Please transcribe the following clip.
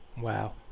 Wow